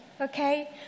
Okay